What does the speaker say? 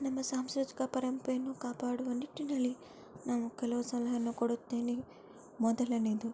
ನಮ್ಮ ಸಾಂಸ್ಕೃತಿಕ ಪರಂಪೆಯನ್ನು ಕಾಪಾಡುವ ನಿಟ್ಟಿನಲ್ಲಿ ನಾನು ಕೆಲವು ಸಲಹೆಯನ್ನು ಕೊಡುತ್ತೇನೆ ಮೊದಲನೇದು